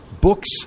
books